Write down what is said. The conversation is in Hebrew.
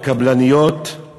שלהם